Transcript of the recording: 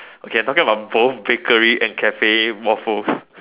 okay I am talking about both bakery and Cafe waffles